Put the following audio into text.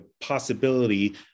possibility